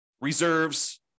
reserves